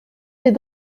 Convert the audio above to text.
des